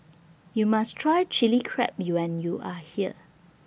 YOU must Try Chili Crab YOU when YOU Are here